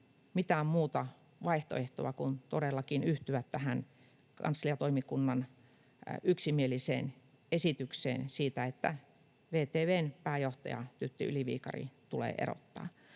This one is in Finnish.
mitään muuta vaihtoehtoa kuin todellakin yhtyä tähän kansliatoimikunnan yksimieliseen esitykseen siitä, että VTV:n pääjohtaja Tytti Yli-Viikari tulee erottaa.